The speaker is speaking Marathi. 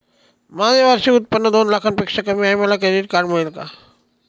माझे वार्षिक उत्त्पन्न दोन लाखांपेक्षा कमी आहे, मला क्रेडिट कार्ड मिळेल का?